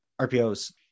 RPOs